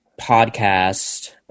podcast